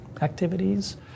activities